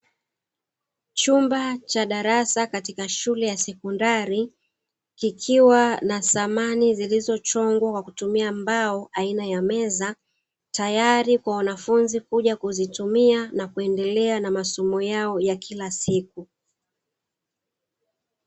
Chumba cha darasa katika shule ya sekondari, kikiwa na samani zilizochongwa kwa kutumia mbao aina ya meza, tayari kwa wanafunzi kuja kuzitumia na kuendelea kwa masomo yao ya kila siku.